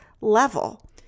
level